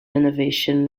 innovation